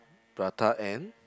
prata and